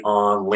on